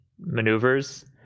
maneuvers